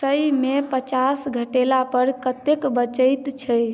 सएमे पचास घटओलापर कतेक बचैत छै